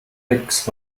weeks